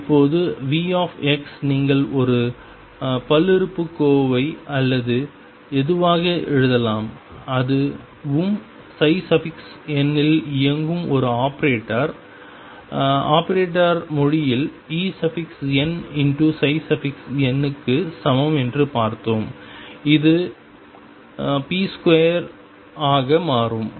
இப்போது V நீங்கள் ஒரு பல்லுறுப்புக்கோவை அல்லது எதுவாக எழுதலாம் அதுவும் n இல் இயங்கும் ஒரு ஆபரேட்டர் ஆபரேட்டர் மொழியில் Enn க்கு சமம் என்று பார்த்தோம் இது இது p2ஆக மாறும்